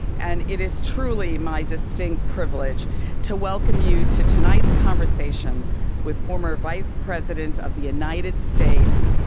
and it is truly my distinct privilege to welcome you to tonight's conversation with former vice president of the united states,